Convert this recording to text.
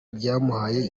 byamuhaye